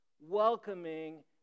welcoming